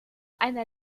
einer